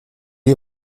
est